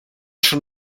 schon